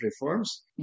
reforms